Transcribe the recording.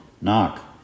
Knock